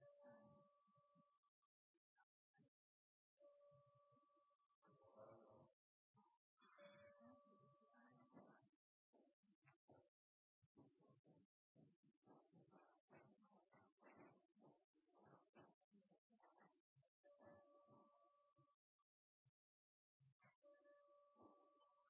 dette er